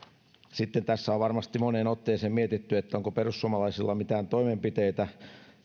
tässä on varmasti moneen otteeseen mietitty onko perussuomalaisilla mitään toimenpiteitä